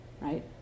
right